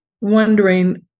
wondering